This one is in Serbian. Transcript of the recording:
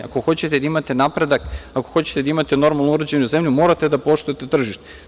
Ako hoćete da imate napredak, ako hoćete da imate normalno uređenu zemlju morate da poštujete tržište.